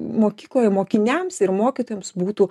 mokykloje mokiniams ir mokytojams būtų